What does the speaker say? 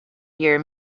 year